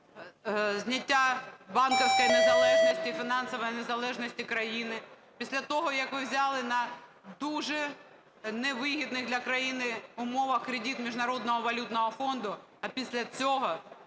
зняття банківської незалежності, фінансової незалежності країни, після того, як ви взяли на дуже невигідних для країни умовах кредит Міжнародного валютного фонду, а після цього,